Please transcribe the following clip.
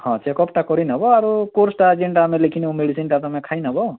ହଁ ଚେକପଟା କରିନେବ ଆରୁ କୋର୍ସଟା ଯେନ୍ତା ଆମେ ଲେଖିନୁ ମେଡ଼ିସିନଟା ତୁମେ ଖାଇନେବ